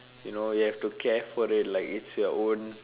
you know you have to care for it like it's your own